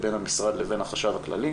בין המשרד לבין החשב הכללי,